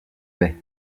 baie